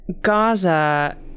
Gaza